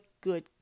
good